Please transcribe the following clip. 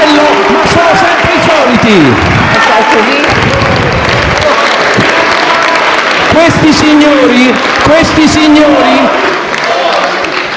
questi signori